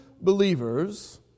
believers